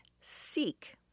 seek